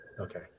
Okay